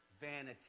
Vanity